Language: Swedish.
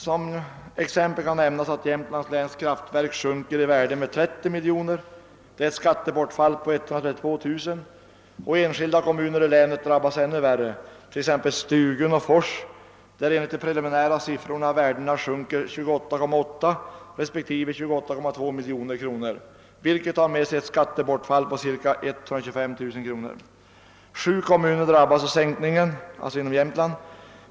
Som exempel kan nämnas att Jämtlands: läns kraftverk sjunker i värde med ;39. miljoner — det blir ett skattebortfall på 132000 kronor. Och enskilda kommuner i länet drabbas ännu värre, t.ex. Stugun och Fors, där enligt de preliminära siffrorna värdena sjunker 28,8 respektive 28,2 miljoner kronor, vilket leder till ett skattebortfall på 125 000 kronor. Sju kommuner inom Jämtlands län drabbas av sänkningen.